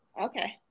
Okay